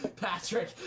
Patrick